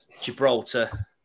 Gibraltar